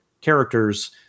characters